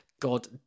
God